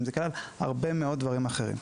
זה כלל הרבה מאוד דברים אחרים.